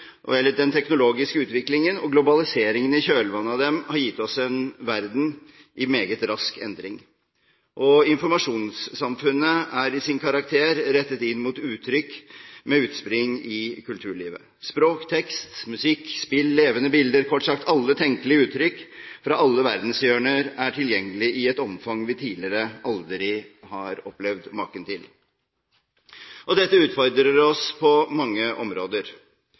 i kjølvannet av den har gitt oss en verden i meget rask endring, og informasjonssamfunnet er i sin karakter rettet inn mot uttrykk med utspring i kulturlivet. Språk, tekst, musikk, levende bilder, kort sagt alle tenkelige uttrykk fra alle verdenshjørner, er tilgjengelige i et omfang vi tidligere aldri har opplevd maken til. Dette utfordrer oss på mange områder.